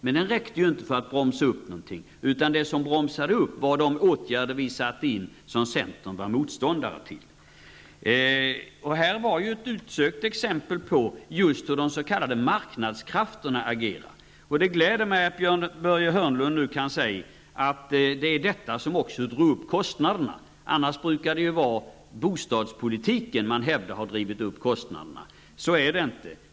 Men det räckte inte för att bromsa upp något. Det som bromsade upp var de åtgärder som sattes in och som centern var motståndare till. Det här var ett utsökt exempel på just hur de s.k. marknadskrafterna agerade. Det gläder mig att Börje Hörnlund kan säga att det var detta som drev upp kostnaderna. Annars brukar man hävda att bostadspolitiken har drivit upp kostnaderna. Så är det inte.